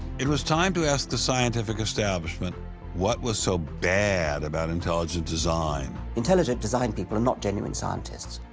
it was time to ask the scientific establishment what was so bad about intelligent design. intelligent design people are not genuine scientists.